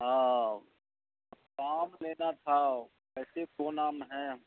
ہاں کام لینا تھا کیسے کونا میں ہیں